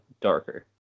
darker